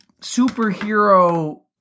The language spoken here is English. superhero